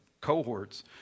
cohorts